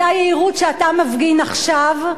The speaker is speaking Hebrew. אותה יהירות שאתה מפגין עכשיו,